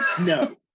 No